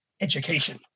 education